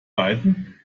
beiden